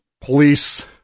police